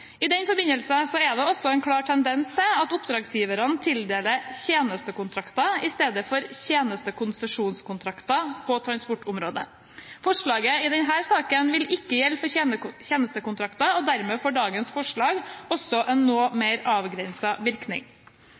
I den forbindelse er det også en klar tendens til at oppdragsgiverne tildeler tjenestekontrakter i stedet for tjenestekonsesjonskontrakter på transportområdet. Forslaget i denne saken vil ikke gjelde for tjenestekontrakter, og dermed får dagens forslag også en noe mer avgrenset virkning.